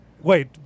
Wait